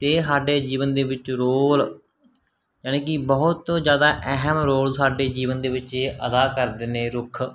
ਅਤੇ ਸਾਡੇ ਜੀਵਨ ਦੇ ਵਿੱਚ ਰੋਲ ਜਾਣੀ ਕਿ ਬਹੁਤ ਜ਼ਿਆਦਾ ਅਹਿਮ ਰੋਲ ਸਾਡੇ ਜੀਵਨ ਦੇ ਵਿੱਚ ਇਹ ਅਦਾ ਕਰਦੇ ਨੇ ਰੁੱਖ